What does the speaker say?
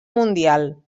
mundial